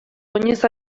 oinez